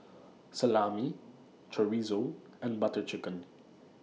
Salami Chorizo and Butter Chicken